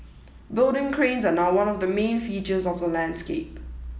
building cranes are now one of the main features of the landscape